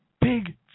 Big